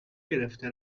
گرفته